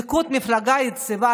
הליכוד מפלגה יציבה,